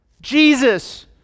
Jesus